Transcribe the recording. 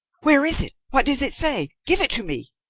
where is it? what does it say? give it to me!